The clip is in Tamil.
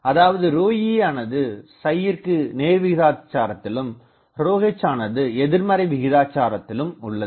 அதாவது ρe ஆனது ற்கு நேர்விகிதாச்சாரத்திலும் ρh ஆனது எதிர்மறை விகிதாச்சாரத்திலும் உள்ளது